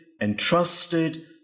entrusted